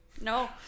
no